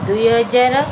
ଦୁଇହଜାର